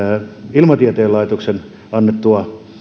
ilmatieteen laitoksesta annettua